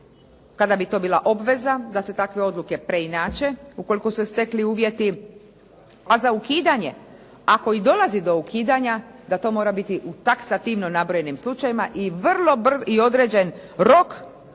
kada bi to bila obveza da se takve odluke preinače ukoliko su se stekli uvjeti, a za ukidanje ako i dolazi do ukidanja da to mora biti u taksativno nabrojenim slučajevima i određen rok u kojim